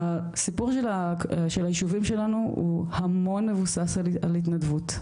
הסיפור של היישובים שלנו הוא המון מבוסס על התנדבות,